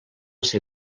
ser